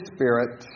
Spirit